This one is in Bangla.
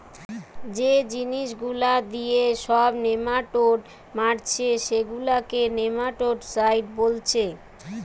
যে জিনিস গুলা দিয়ে সব নেমাটোড মারছে সেগুলাকে নেমাটোডসাইড বোলছে